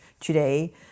today